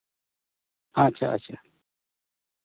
ᱟᱪᱪᱷᱟ ᱟᱪᱪᱷᱟ